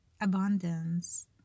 abundance